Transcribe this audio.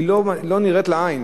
היא לא נראית לעין,